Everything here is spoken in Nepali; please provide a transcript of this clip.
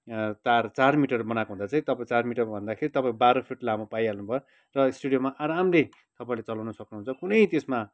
तार चार मिटर बनाएको हुँदा चाहिँ तपाईँ चार मिटर भन्दाखेरि तपाईँ बाह्र फिट लामो पाइहाल्नु भयो र स्टुडियोमा आरामले तपाईँले चलाउन सक्नुहुन्छ कुनै त्यसमा